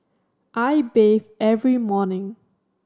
I bathe every morning